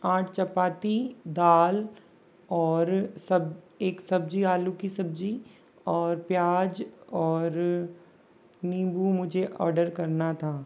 आठ चपाती दाल और सब एक सब्जी आलू की सब्जी और प्याज और नींबू मुझे ऑर्डर करना था